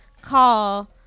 call